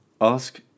Ask